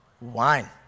wine